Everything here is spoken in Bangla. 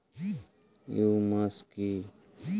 হিউমাস কি?